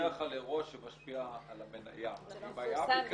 צריך לדווח על אירוע שמשפיע על המניה אבל אם זה